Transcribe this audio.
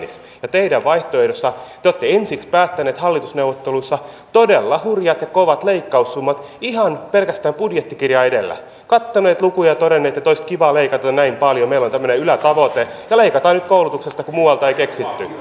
ja teidän vaihtoehdossanne te olette ensiksi päättäneet hallitusneuvotteluissa todella hurjat ja kovat leikkaussummat ihan pelkästään budjettikirja edellä katsoneet lukuja ja todenneet että olisi kivaa leikata näin meillä on tämmöinen ylätavoite ja leikataan nyt koulutuksesta kun muualta ei keksitty